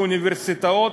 מאוניברסיטאות,